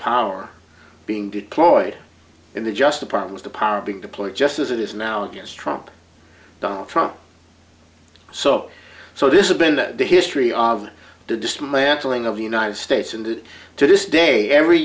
power being deployed in the just the part with the power being deployed just as it is now against trump donald trump so so this is beyond the history of the dismantling of the united states and to this day every